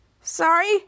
sorry